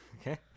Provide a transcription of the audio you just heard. Okay